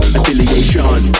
Affiliation